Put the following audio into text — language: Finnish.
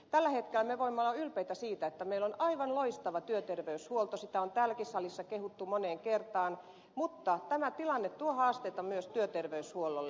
tällä hetkellä me voimme olla ylpeitä siitä että meillä on aivan loistava työterveyshuolto sitä on täälläkin salissa kehuttu moneen kertaan mutta tämä tilanne tuo haasteita myös työterveyshuollolle